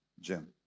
Jim